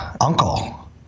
uncle